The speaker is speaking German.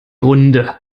runde